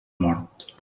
mort